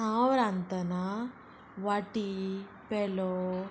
हांव रांदतना वाटी पेलो